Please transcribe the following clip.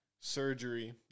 surgery